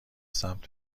سمت